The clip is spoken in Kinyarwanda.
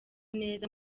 neza